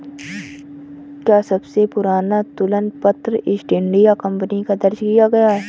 क्या सबसे पुराना तुलन पत्र ईस्ट इंडिया कंपनी का दर्ज किया गया है?